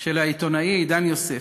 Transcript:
של העיתונאי עידן יוסף,